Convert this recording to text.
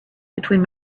between